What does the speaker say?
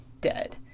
dead